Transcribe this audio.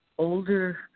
older